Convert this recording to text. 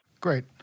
Great